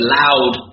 loud